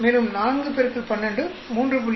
மேலும் 4 X 12 3